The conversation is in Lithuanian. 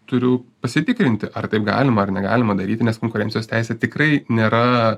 turiu pasitikrinti ar taip galima ar negalima daryti nes konkurencijos teisė tikrai nėra